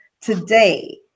today